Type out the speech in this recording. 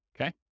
okay